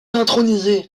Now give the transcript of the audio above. intronisé